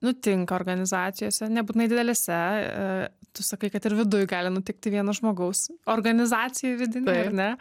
nutinka organizacijose nebūtinai didelėse tu sakai kad ir viduj gali nutikti vieno žmogaus organizacijoj vidinėj ar ne